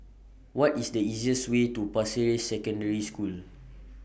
What IS The easiest Way to Pasir Ris Secondary School